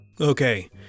Okay